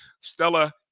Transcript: Stella